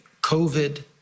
COVID